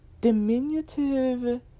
diminutive